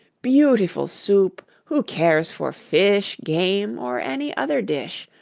beautiful soup! who cares for fish, game, or any other dish?